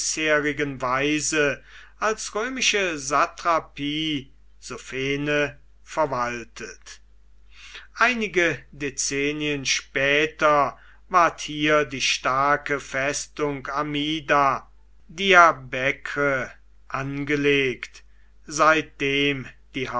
weise als römische satrapie sophene verwaltet einige dezennien später ward hier die starke festung amida diarbekr angelegt seitdem die